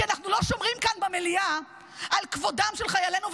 כי אנחנו לא שומרים כאן במליאה על כבודם של חיילינו,